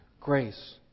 grace